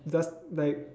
just like